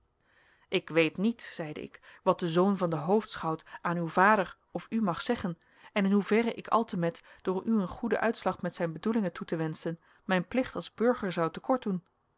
ik weet niet zeide ik wat de zoon van den hoofdschout aan uw vader of u mag zeggen en in hoeverre ik altemet door u een goeden uitslag met zijn bedoelingen toe te wenschen mijn plicht als burger zou te kort doen